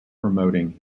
promoting